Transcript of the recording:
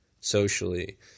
socially